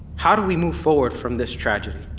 how do we move forward from this tragedy?